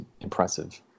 impressive